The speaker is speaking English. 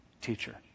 teacher